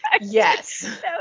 Yes